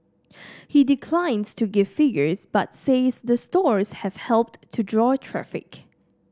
he declines to give figures but says the stores have helped to draw traffic